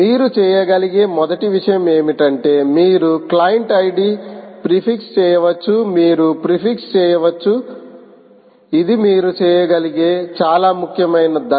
మీరు చేయగలిగే మొదటి విషయం ఏమిటంటే మీరు క్లయింట్ ఐడి ప్రీఫిక్స్ చేయవచ్చు మీరు ప్రీఫిక్స్ చేయవచ్చు ఇది మీరు చేయగలిగే చాలా ముఖ్యమైన దశ